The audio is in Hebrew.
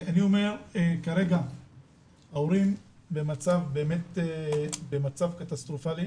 כרגע ההורים במצב קטסטרופלי.